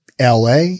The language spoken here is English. la